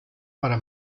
para